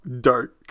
dark